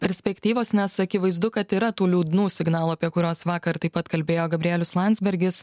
perspektyvos nes akivaizdu kad yra tų liūdnų signalų apie kuriuos vakar taip pat kalbėjo gabrielius landsbergis